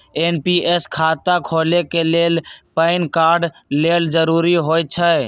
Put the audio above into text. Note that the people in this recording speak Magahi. एन.पी.एस खता खोले के लेल पैन कार्ड लेल जरूरी होइ छै